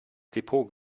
depot